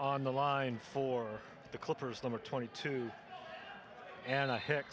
on the line for the clippers number twenty two and a hit